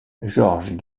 georges